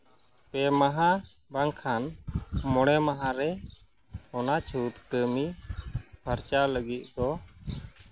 ᱯᱮ ᱢᱟᱦᱟ ᱵᱟᱝᱠᱷᱟᱱ ᱢᱚᱬᱮ ᱢᱟᱦᱟᱨᱮ ᱚᱱᱟ ᱪᱷᱩᱸᱛ ᱠᱟᱹᱢᱤ ᱯᱷᱟᱨᱪᱟ ᱞᱟᱹᱜᱤᱫ ᱫᱚ